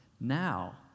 now